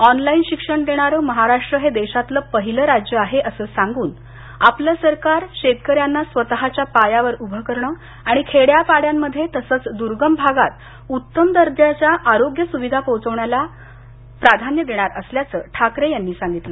online शिक्षण देणारं महाराष्ट्र हे देशातलं पहिलं राज्य आहे असं सांगून आपलं सरकार शेतकऱ्यांना स्वतच्या पायावर उभं करण आणि खेड्यापाड्यांमध्ये तसंच दुर्गम भागात उत्तम दर्जाच्या आरोग्य सुविधा पोहोचवण्याला शासनाचं सर्वोच्च प्राधान्य असल्याच ठाकरे म्हणाले